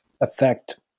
affect